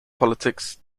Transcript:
politics